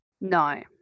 No